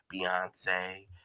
Beyonce